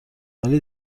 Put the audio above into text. ولی